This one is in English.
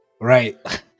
right